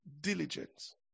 diligence